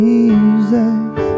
Jesus